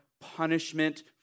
punishment